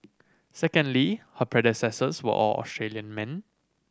secondly her predecessors were all Australian men